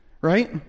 Right